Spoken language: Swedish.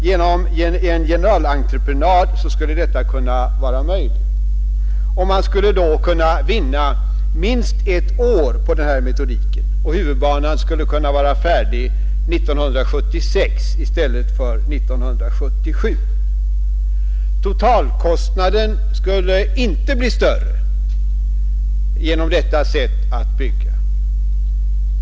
Genom en generalentreprenad skulle detta kunna vara möjligt, och man skulle kunna vinna minst ett år genom den här metodiken, så att huvudbanan kunde vara färdig 1976 i stället för 1977. Totalkostnaden skulle inte bli större genom detta sätt att bygga.